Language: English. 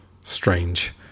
strange